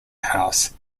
house